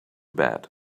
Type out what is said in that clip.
bed